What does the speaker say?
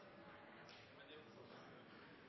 Men det